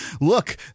Look